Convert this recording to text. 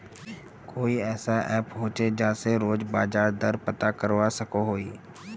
कोई ऐसा ऐप होचे जहा से रोज बाजार दर पता करवा सकोहो ही?